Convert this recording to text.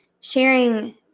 sharing